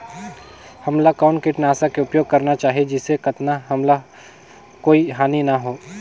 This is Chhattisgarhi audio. हमला कौन किटनाशक के उपयोग करन चाही जिसे कतना हमला कोई हानि न हो?